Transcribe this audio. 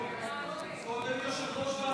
קודם יושב-ראש הוועדה.